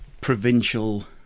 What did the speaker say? provincial